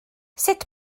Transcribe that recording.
sut